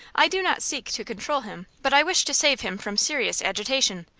i do not seek to control him, but i wish to save him from serious agitation.